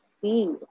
see